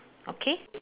okay